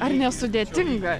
ar nesudėtinga